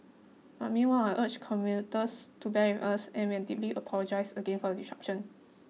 but meanwhile I urge commuters to bear with us and we are deeply apologise again for the disruption